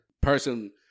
person –